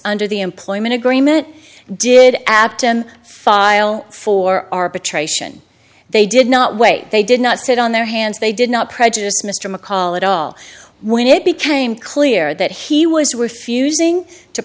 under the imp an agreement did apte him file for arbitration they did not wait they did not sit on their hands they did not prejudice mr mccall at all when it became clear that he was refusing to